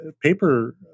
paper